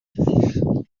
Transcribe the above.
stop